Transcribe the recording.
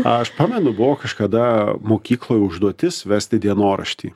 aš pamenu buvo kažkada mokykloj užduotis vesti dienoraštį